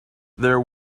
there